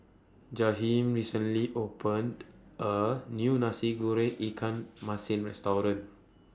Jaheem recently opened A New Nasi Goreng Ikan Masin Restaurant